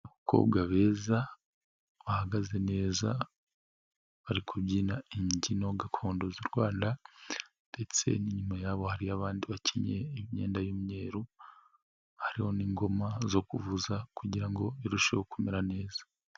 Abakobwa beza bahagaze neza bari kubyina imbyino gakondo z'u Rwanda ndetse inyuma yaho hari abandi bakinnyi imyenda y'imyeru hariho n'ingoma zo kuvuza, kugira ngo irusheho kumera neza.